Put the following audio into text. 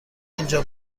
اینجا